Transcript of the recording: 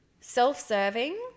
self-serving